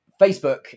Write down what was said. Facebook